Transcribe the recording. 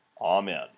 Amen